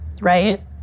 right